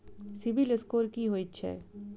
CIBIL score की होइत छैक?